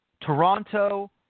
Toronto